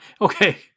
Okay